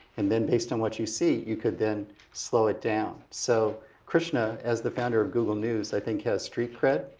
and then based on what you see you could then slow it down. so krishna, as a founder of google news i think has street cred,